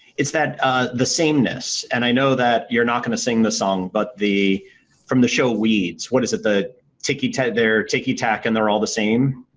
it's that ah the sameness and i know that you're not going to sing the song but the from the show weeds, what is it? the ticky tack, they're ticky tack and they're all the same?